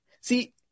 See